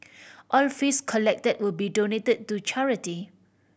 all fees collected will be donated to charity